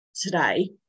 today